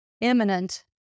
imminent